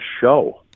show